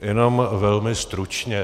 Jenom velmi stručně.